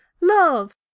Love